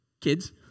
Kids